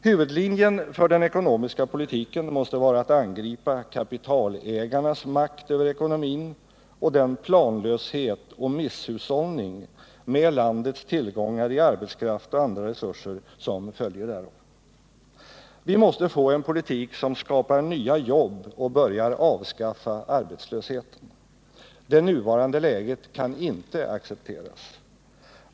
Huvudlinjen för den ekonomiska politiken måste vara att angripa kapitalägarnas makt över ekonomin och den planlöshet och misshushållning med landets tillgångar i Nr 54 arbetskraft och andra resurser som följer därav. Torsdagen den Vi måste få en politik som skapar nya jobb och börjar avskaffa arbetslös 14 december 1978 heten. Det nuvarande läget kan inte accepteras.